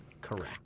correct